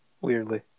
Weirdly